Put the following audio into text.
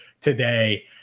today –